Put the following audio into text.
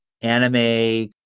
anime